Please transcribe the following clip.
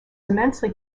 immensely